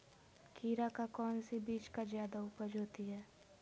खीरा का कौन सी बीज का जयादा उपज होती है?